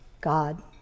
God